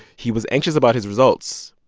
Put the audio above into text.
he was anxious about his results,